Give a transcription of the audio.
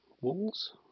walls